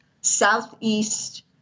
Southeast